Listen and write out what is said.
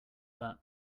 that